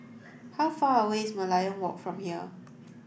how far away is Merlion Walk from here